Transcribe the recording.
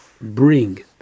bring